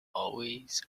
always